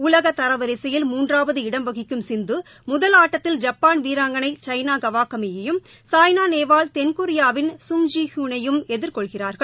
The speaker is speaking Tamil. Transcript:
உலக தரவரிசையில் மூன்றவாது இடம் வகிக்கும் சிந்து முதல் ஆட்டத்தில் ஜப்பான் வீராங்கான சைனா கவாகமி யையும் சாய்னா நேவால் தென்கொரியாவின் கங் ஜி ஹ்யூன் யையும் எதிர்கொள்கிறார்கள்